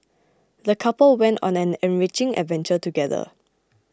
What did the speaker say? the couple went on an enriching adventure together